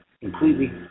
completely